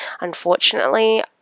unfortunately